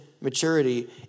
maturity